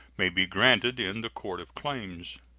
may be granted in the court of claims.